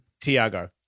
Tiago